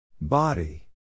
Body